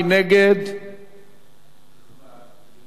מי